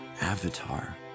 Avatar